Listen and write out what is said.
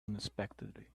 unexpectedly